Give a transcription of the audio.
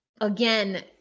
again